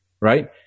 right